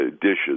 dishes